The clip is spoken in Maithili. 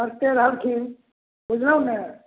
हँसते रहलखिन बूझलहुँ ने